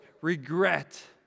regret